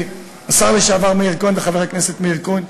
השר לשעבר מאיר כהן וחבר הכנסת מאיר כהן,